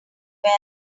were